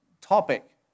topic